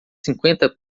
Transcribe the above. cinquenta